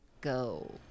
Go